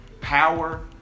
power